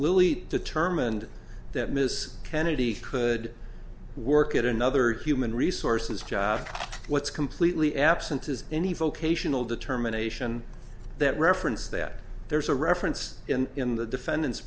lillete determined that miss kennedy could work at another human resources job what's completely absent is any vocational determination that reference that there's a reference in the defendant's